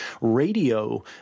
radio